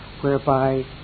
whereby